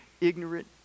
ignorant